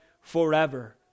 forever